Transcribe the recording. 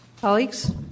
Colleagues